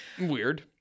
Weird